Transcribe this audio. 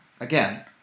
again